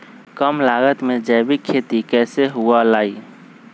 कम लागत में जैविक खेती कैसे हुआ लाई?